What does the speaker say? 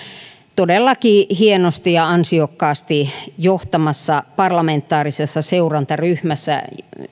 todellakin hienosti ja ansiokkaasti johtamassa parlamentaarisessa seurantaryhmässä